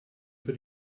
für